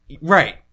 Right